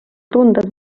tunded